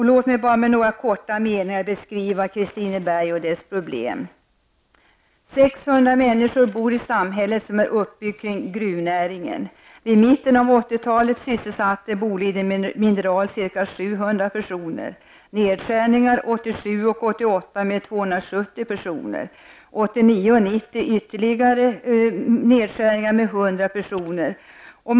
Låt mig med några korta meningar beskriva 600 människor bor i samhället som är uppbyggt kring gruvnäringen. Vid mitten av 80-talet sysselsatte Boliden Mineral ca 700 personer. Ytterligare nedskärningar 1989 och 1990 ledde till att personalen minskade med ytterligare 100 personer.